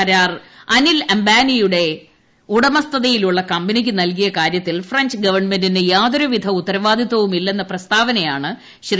കരാർ അനിൽ അംബാനിയുടെ ഉട്ടമിസ്ഥിതയിലുള്ള കമ്പനിക്ക് നൽകിയ കാര്യത്തിൽ ഫ്രഞ്ച് ഗവൺമെന്റിന് യാതൊരുവിധ ഉത്തരവാദിത്വവും ഇല്ലെന്ന പ്രസ്താവനയാണ് ശ്രീ